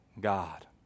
God